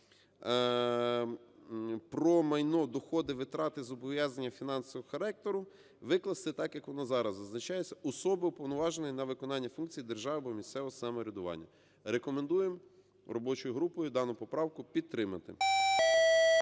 "про майно, доходи, витрати і зобов’язання фінансового характеру" викласти так, як воно зараз зазначається: "особи, уповноваженої на виконання функції держави або місцевого самоврядування". Рекомендуємо робочою групою дану поправку підтримати.